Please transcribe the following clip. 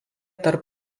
tarp